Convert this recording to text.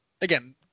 again